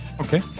Okay